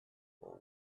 will